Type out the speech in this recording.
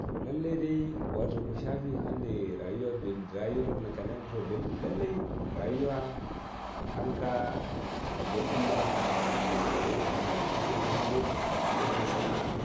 to lallai dai wato koshafi hande rayuwa beldun noka nanorta beldum lallai rayuwa kanka ka beldum maka dun yia wodi hunde jungo a wodi sana'a